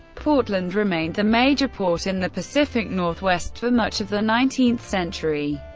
portland remained the major port in the pacific northwest for much of the nineteenth century,